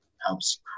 helps